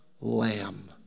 lamb